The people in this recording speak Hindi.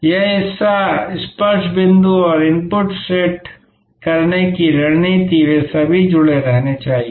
यह हिस्सा स्पर्श बिंदु और इनपुट सेट करने की रणनीति वे सभी जुड़े रहना चाहिए